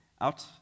out